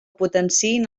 potenciïn